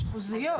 אשפוזיות.